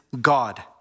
God